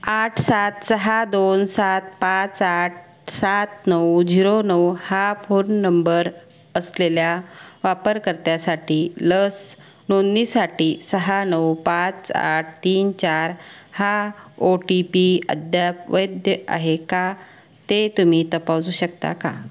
आठ सात सहा दोन सात पाच आठ सात नऊ झीरो नऊ हा फोन नंबर असलेल्या वापरकर्त्यासाठी लस नोंदणीसाठी सहा नऊ पाच आठ तीन चार हा ओ टी पी अद्याप वैध आहे का ते तुम्ही तपासू शकता का